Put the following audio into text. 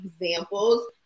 examples